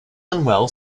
unwell